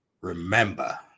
Remember